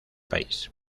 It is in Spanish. país